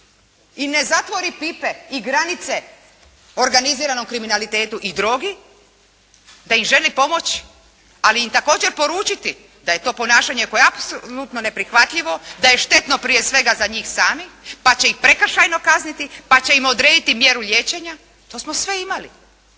i ne zatvoriti pipe, i granice organiziranom kriminalitetu i drogi, da im želi pomoći, ali im također poručiti da je to ponašanje koje je apsolutno neprihvatljivo, da je štetno prije svega za njih same, pa će ih prekršajno kazniti, pa će im odrediti mjeru liječenja, to smo sve imali.